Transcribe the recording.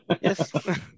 Yes